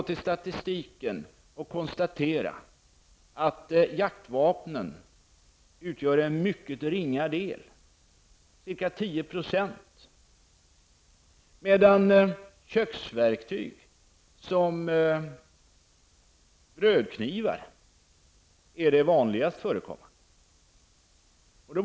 Av statistiken framgår att jaktvapen utgör en mycket ringa del, ca 10 %, av de vapen som används i sådana här sammanhang. Köksverktyg, såsom brödknivar, är däremot vanligast förekommande.